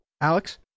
Alex